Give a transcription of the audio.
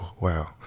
Wow